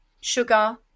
sugar